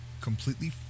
completely